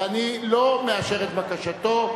ואני לא מאשר את בקשתו,